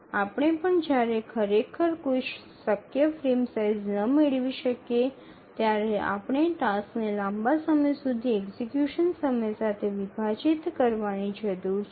જ્યારે પણ આપણે ખરેખર કોઈ શક્ય ફ્રેમ સાઇઝ ન મેળવી શકીએ ત્યારે આપણે ટાસક્સને લાંબા સમય સુધી એક્ઝિક્યુશન સમય સાથે વિભાજીત કરવાની જરૂર છે